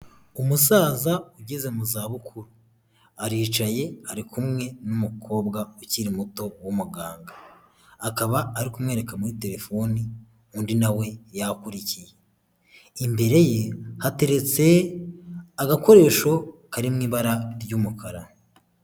Umusaza ugeze mu zabukuru. Aricaye ari kumwe n'umukobwa ukiri muto w'umuganga. Akaba ari kumwereka muri telefoni undi na we yakurikiye. Imbere ye hateretse agakoresho kari mu ibara ry'umukara.